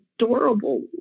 adorable